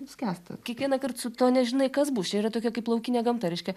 skęsta kiekvienąkart su tuo nežinai kas bus čia yra tokia kaip laukinė gamta reiškia